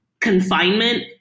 confinement